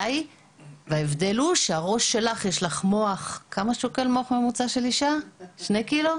ההבדל הוא שלראש של אישה של מוח ששוקל שני ק"ג,